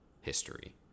history